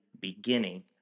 beginning